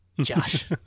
Josh